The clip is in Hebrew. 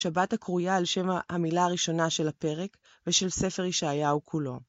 שבת הקרויה על שם המילה הראשונה של הפרק ושל ספר ישעיהו כולו.